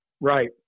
Right